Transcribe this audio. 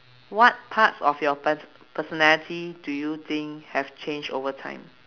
what parts of your pert~ personality do you think have change over time